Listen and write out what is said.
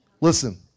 Listen